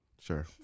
Sure